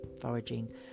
foraging